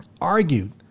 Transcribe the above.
argued